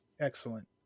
Excellent